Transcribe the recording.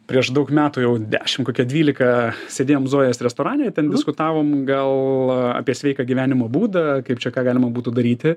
prieš daug metų jau dešim kokie dvylika sėdėjom zojos restorane ir ten diskutavom gal apie sveiką gyvenimo būdą kaip čia ką galima būtų daryti